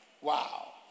Wow